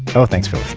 oh, thanks for